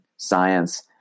Science